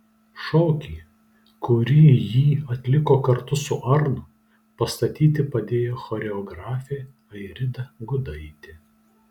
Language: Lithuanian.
šokį kurį jį atliko kartu su arnu pastatyti padėjo choreografė airida gudaitė